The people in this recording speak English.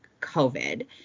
COVID